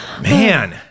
Man